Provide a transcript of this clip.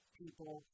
people